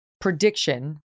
prediction